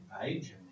page